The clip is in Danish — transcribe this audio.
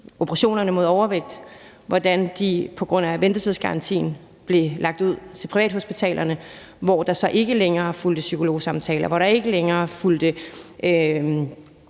operationerne for overvægt, hvordan de på grund af ventetidsgarantien blev lagt ud til privathospitalerne, hvor der så ikke længere fulgte psykologsamtaler med, og hvor der ikke længere fulgte